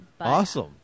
Awesome